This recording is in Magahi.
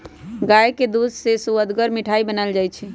गाय के दूध से सुअदगर मिठाइ बनाएल जाइ छइ